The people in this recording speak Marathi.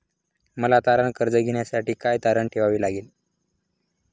मला तारण कर्ज घेण्यासाठी काय तारण ठेवावे लागेल?